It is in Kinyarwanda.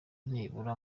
nibura